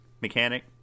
mechanic